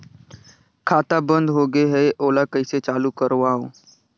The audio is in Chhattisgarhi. खाता बन्द होगे है ओला कइसे चालू करवाओ?